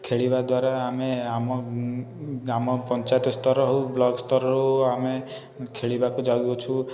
ଖେଳିବା ଦ୍ୱାରା ଆମେ ଆମ ଗ୍ରାମ ପଞ୍ଚାୟତ ସ୍ତର ହଉ ବ୍ଲକ ସ୍ତରର ହଉ ଆମେ ଖେଳିବାକୁ ଯାଉଅଛୁ